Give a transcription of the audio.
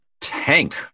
Tank